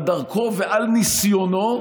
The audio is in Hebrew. על דרכו ועל ניסיונו,